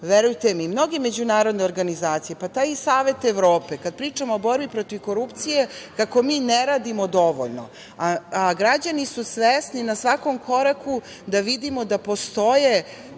verujte mi, mnoge međunarodne organizacije, pa i taj Savet Evrope kad pričamo o borbi protiv korupcije kako mi ne radimo dovoljno, a građani su svesni na svakom koraku da vidimo da postoje